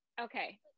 okay